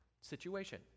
situation